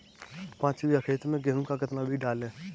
पाँच बीघा खेत में गेहूँ का कितना बीज डालें?